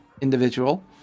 individual